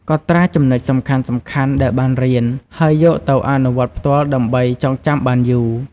កត់ត្រាចំណុចសំខាន់ៗដែលបានរៀន ហើយយកទៅអនុវត្តផ្ទាល់ដើម្បីចងចាំបានយូរ។